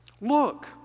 Look